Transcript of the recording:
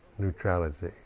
neutrality